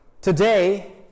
Today